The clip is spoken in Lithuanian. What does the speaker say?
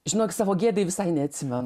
žinok savo gėdai visai neatsimenu